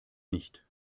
nicht